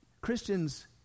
Christians